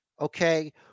Okay